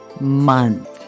month